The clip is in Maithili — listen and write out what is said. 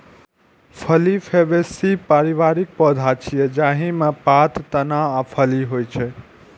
फली फैबेसी परिवारक पौधा छियै, जाहि मे पात, तना आ फली होइ छै